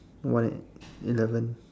one at eleven